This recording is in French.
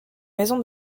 maison